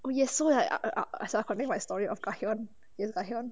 oh yes so like so I I as I comment my story of gahyeon yes gahyeon